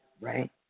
right